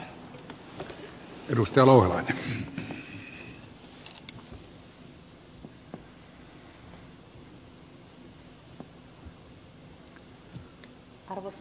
arvoisa puhemies